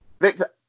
Victor